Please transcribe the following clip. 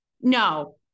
No